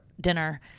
dinner